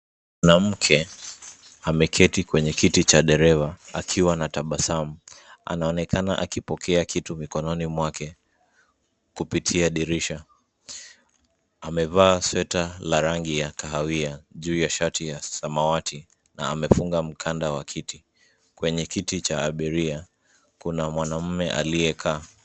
Mwanamke, ameketi kwenye kiti cha dereva, akiwa na tabasamu. Anaonekana akipokea kitu mikononi mwake, kupitia dirisha. Amevaa sweta la rangi ya kahawia juu ya sharti ya samawati na amefunga mkanda wa kiti. Kwenye kiti cha abiria, kuna mwanaume aliyekaa.